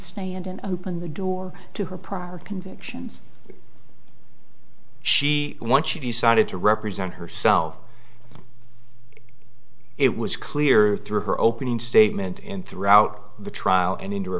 stand and opened the door to her prior convictions she once she decided to represent herself it was clear through her opening statement and throughout the trial and in